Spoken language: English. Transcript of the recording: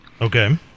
Okay